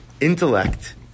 Intellect